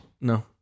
no